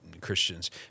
Christians